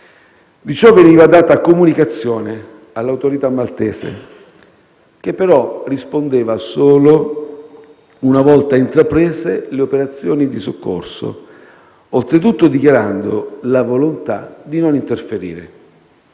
Di ciò veniva data comunicazione all'autorità maltese, che però rispondeva solo una volta intraprese le operazioni di soccorso, dichiarando oltretutto la volontà di non interferire.